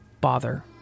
bother